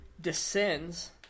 descends